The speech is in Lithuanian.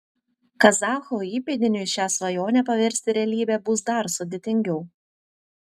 kazacho įpėdiniui šią svajonę paversti realybe bus dar sudėtingiau